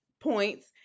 points